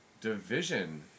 division